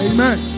Amen